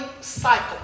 cycle